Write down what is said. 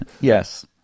Yes